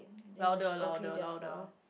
louder louder louder